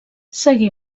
seguí